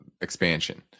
expansion